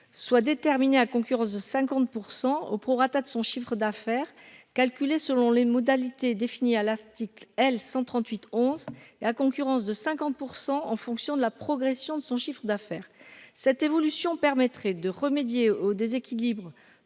soit déterminé à concurrence de 50 % au prorata de son chiffre d'affaires calculé selon les modalités définies à l'article L 138 11 et à concurrence de 50 pour 100 en fonction de la progression de son chiffre d'affaires cette évolution permettrait de remédier au déséquilibre